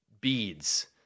beads